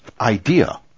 idea